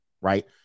Right